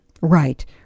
Right